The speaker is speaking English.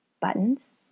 buttons